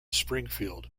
springfield